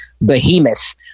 behemoth